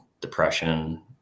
depression